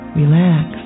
relax